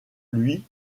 lui